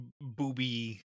booby